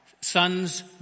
sons